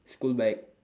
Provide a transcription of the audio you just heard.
school bag